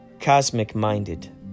cosmic-minded